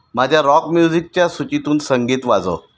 माझ्या रॉक म्युझिकच्या सूचीतून संगीत वाजव